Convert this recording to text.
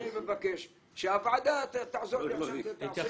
אני מבקש שהוועדה תעזור לי עכשיו.